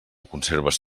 conserves